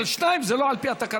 אבל שניים, זה לא על פי התקנון.